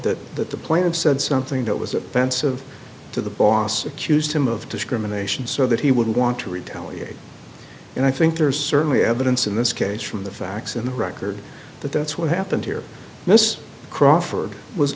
that that the plan said something that was a pensive to the boss accused him of discrimination so that he wouldn't want to retaliate and i think there is certainly evidence in this case from the facts in the record that that's what happened here miss crawford was